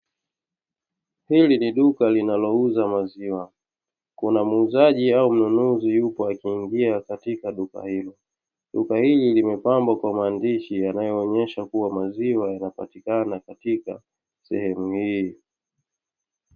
Hili ni duka linalouza maziwa kuna muuzaji au mnunuzi yupo akiingia katika duka hilo, duka hili limepambwa kwa maandishi yanayoonyesha kuwa maziwa yanapatikana katika sehemu hii.